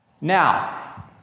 Now